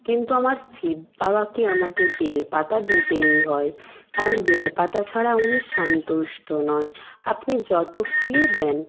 কিন্তু আমার শিব বাবাকে আমাকে বেলপাতা দিতেই হয় কারণ বেলপাতা ছাড়া উনি সন্তুষ্ট নয় আপনি যত ফুলই দেন